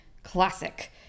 Classic